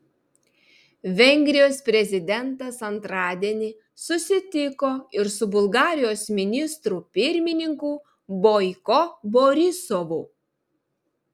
vengrijos prezidentas antradienį susitiko ir su bulgarijos ministru pirmininku boiko borisovu